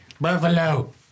Buffalo